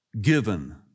given